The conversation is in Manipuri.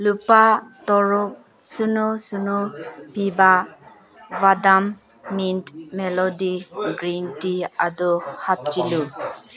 ꯂꯨꯄꯥ ꯇꯔꯨꯛ ꯁꯤꯅꯣ ꯁꯤꯅꯣ ꯄꯤꯕ ꯕꯗꯥꯝ ꯃꯤꯟꯠ ꯃꯦꯂꯣꯗꯤ ꯒ꯭ꯔꯤꯟ ꯇꯤ ꯑꯗꯨ ꯍꯥꯞꯆꯤꯜꯂꯨ